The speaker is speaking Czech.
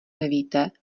nevíte